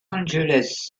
angeles